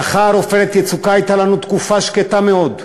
לאחר "עופרת יצוקה" הייתה לנו תקופה שקטה מאוד.